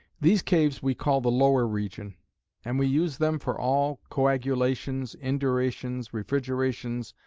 these caves we call the lower region and we use them for all coagulations, indurations, refrigerations,